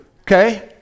Okay